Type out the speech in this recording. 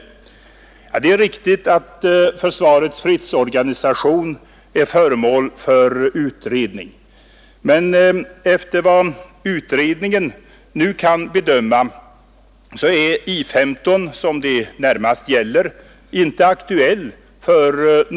Det är riktigt att försvarets fredsorganisation är föremål för utredning, men enligt vad utredningen nu kan bedöma är någon indragning av I 15 — som det närmast gäller — inte aktuell.